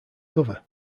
cover